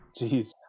Jeez